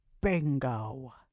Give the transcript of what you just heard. Bingo